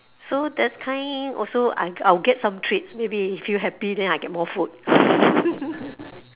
so that kind also I I'll get some treats maybe if you happy then I get more food